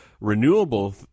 renewable